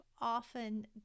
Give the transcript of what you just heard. often